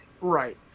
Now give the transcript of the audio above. Right